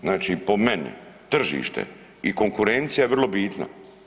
Znači po meni, tržište i konkurencija je vrlo bitna.